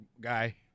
guy